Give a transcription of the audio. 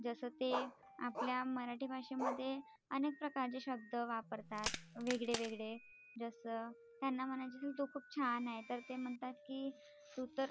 जसं ते आपल्या मराठी भाषेमध्ये अनेक प्रकारे शब्द वापरतात वेगळेवेगळे जसं त्यांना म्हणायचं की तू खूप छान आहे तर ते म्हणतात की तू तर